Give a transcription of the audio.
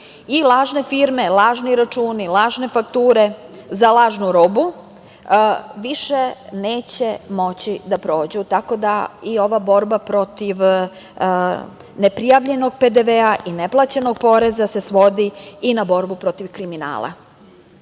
i lažne firme, lažni računi, lažne fakture za lažnu robu, više neće moći da prođu. Tako da i ova borba protiv ne prijavljenog PDV i ne plaćenog poreza se svodi i na borbu protiv kriminala. Rast